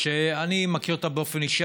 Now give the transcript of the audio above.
שאני מכיר אותה באופן אישי,